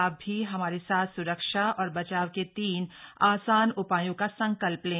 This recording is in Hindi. आप भी हमारे साथ स्रक्षा और बचाव के तीन आसान उपायों का संकल्प लें